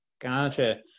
Gotcha